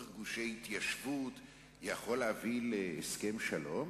גושי התיישבות יכולה להביא להסכם שלום?